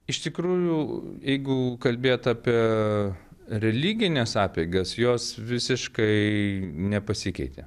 iš tikrųjų jeigu kalbėt apie religines apeigas jos visiškai nepasikeitė